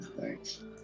Thanks